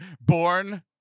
born